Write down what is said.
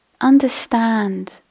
understand